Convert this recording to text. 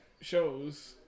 shows